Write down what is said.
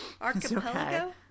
archipelago